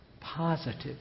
positive